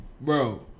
Bro